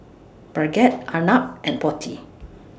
Bhagat Arnab and Potti